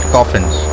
Coffins